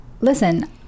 listen